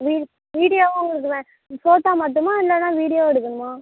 வீ வீடியோவும் உங்களுக்கு வே ஃபோட்டோ மட்டுமா இல்லைன்னா வீடியோவும் எடுக்கணுமா